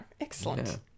excellent